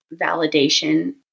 validation